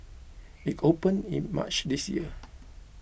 it opened in March this year